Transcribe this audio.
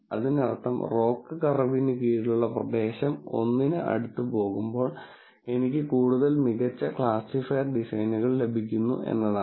അതിനർത്ഥം റോക്ക് കർവിന് കീഴിലുള്ള പ്രദേശം 1 ന് അടുത്ത് പോകുമ്പോൾ എനിക്ക് കൂടുതൽ മികച്ച ക്ലാസിഫയർ ഡിസൈനുകൾ ലഭിക്കുന്നു എന്നാണ്